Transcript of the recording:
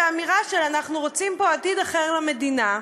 באמירה של אנחנו רוצים פה עתיד אחר למדינה,